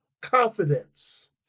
confidence